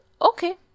okay